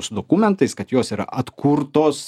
su dokumentais kad jos yra atkurtos